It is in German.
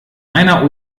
meiner